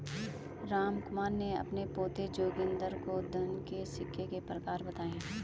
रामकुमार ने अपने पोते जोगिंदर को धन के सिक्के के प्रकार बताएं